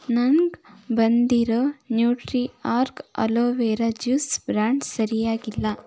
ನನಗೆ ಬಂದಿರೋ Nutriorg aloe vera juice brand ಸರಿಯಾಗಿಲ್ಲ